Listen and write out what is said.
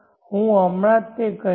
હું હમણાં જ તે કહીશ